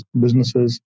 businesses